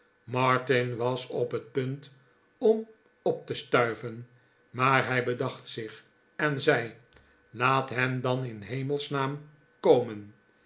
martin was op het punt om op te stuiven maar hij bedacht zich en zei laat hen dan in s hemels naam komen